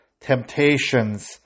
temptations